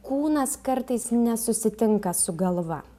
kūnas kartais nesusitinka su galva